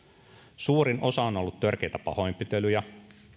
suurin osa on on ollut törkeitä pahoinpitelyjä